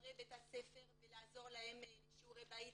אחרי בית הספר ולעזור להם עם שיעורי בית.